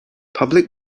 public